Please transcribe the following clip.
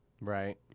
Right